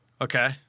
okay